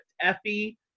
Effie